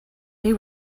they